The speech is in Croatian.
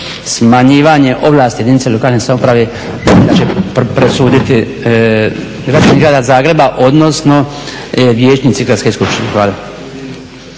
smanjivanje ovlasti jedinice lokalne samouprave to će prosuditi građani grada Zagreba, odnosno vijećnici gradske skupštine.